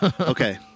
Okay